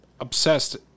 obsessed